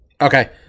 okay